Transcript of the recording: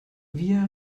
via